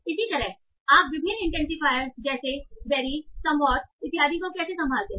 इसी तरह आप विभिन्न इंटेंसिफायर जैसे वेरी समव्हाट इत्यादि को कैसे संभालते हैं